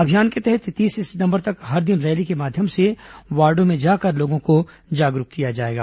अभियान के तहत तीस सितंबर तक हर दिन रैली के माध्यम से वार्डों में जाकर लोगों को जागरूक किया जाएगा